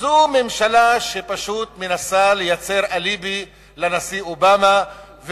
זאת ממשלה שפשוט מנסה לייצר אליבי לנשיא אובמה,